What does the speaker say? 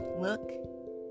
look